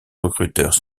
recruteurs